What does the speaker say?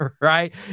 right